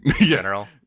General